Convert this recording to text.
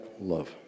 love